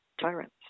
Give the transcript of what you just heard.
tyrants